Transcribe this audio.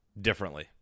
differently